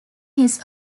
his